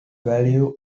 value